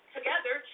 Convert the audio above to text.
together